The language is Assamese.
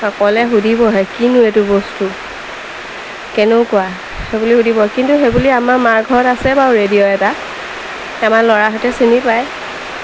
ক'লে সুধিবহে কিনো এইটো বস্তু কেনেকুৱা সেই বুলি সুধিব কিন্তু সেই বুলি আমাৰ মাৰ ঘৰত আছে বাৰু ৰেডিঅ' এটা আমাৰ ল'ৰাহঁতে চিনি পায়